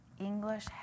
English